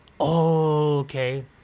okay